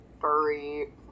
furry